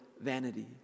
vanity